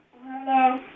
Hello